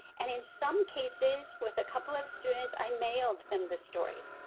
and in some cases with a couple of students i mailed them the stories.